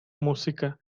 música